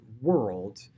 world